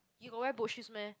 you got wear boat shoes meh